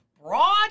broad